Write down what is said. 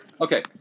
Okay